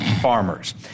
farmers